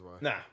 Nah